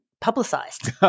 publicized